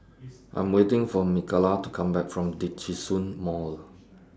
I'm waiting For Mikalah to Come Back from Djitsun Mall